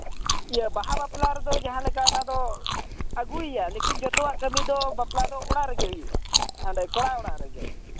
ᱤᱭᱟᱹ ᱵᱟᱦᱟ ᱵᱟᱯᱞᱟ ᱨᱮᱫᱚ ᱡᱟᱦᱟᱸᱞᱮᱠᱟ ᱚᱱᱟ ᱫᱚ ᱟᱹᱜᱩᱭᱮᱭᱟᱭ ᱞᱮᱠᱤᱱ ᱡᱚᱛᱚᱣᱟᱜ ᱠᱟᱹᱢᱤ ᱫᱚ ᱵᱟᱯᱞᱟ ᱫᱚ ᱚᱲᱟᱜ ᱨᱮᱜᱮ ᱦᱩᱭᱩᱜᱼᱟ ᱦᱟᱸᱰᱮ ᱠᱚᱲᱟ ᱚᱲᱟᱜ ᱨᱮᱜᱮ